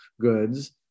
goods